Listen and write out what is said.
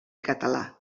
català